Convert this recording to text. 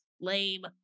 lame